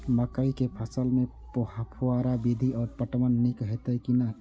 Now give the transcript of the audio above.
मकई के फसल में फुहारा विधि स पटवन नीक हेतै की नै?